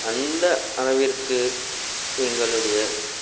அந்த அளவிற்கு எங்களுடைய